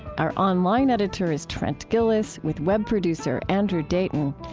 our online editor is trent gilliss, with web producer andrew dayton.